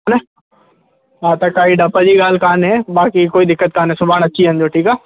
हन हा त काई डप जी ॻाल्हि कान्हे बाक़ी कोई दिक़त कान्हे सुभाणे अची वञिजो ठीकु आहे